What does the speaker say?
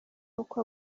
uko